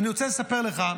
ואני רוצה לספר לך,